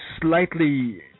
slightly